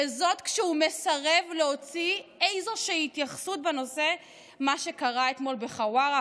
וזאת כשהוא מסרב להוציא איזושהי התייחסות לנושא מה שקרה אתמול בחווארה,